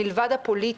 מלבד הפוליטית,